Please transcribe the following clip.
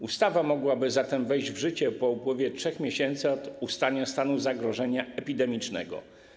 Ustawa mogłaby zatem wejść w życie po upływie 3 miesięcy od ustania stanu zagrożenia epidemicznego.